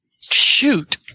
shoot